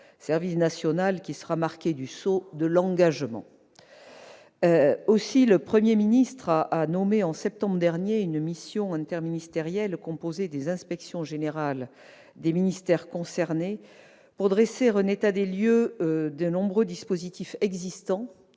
service national universel, qui sera marqué du sceau de l'engagement. Aussi, le Premier ministre a nommé en septembre dernier une mission interministérielle composée des inspections générales des ministères concernés pour dresser un état des lieux des nombreux dispositifs existants-